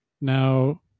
now